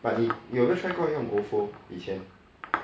but 你有没有 try 过用 O_F_O 以前